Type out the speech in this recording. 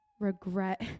regret